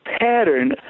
pattern